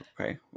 okay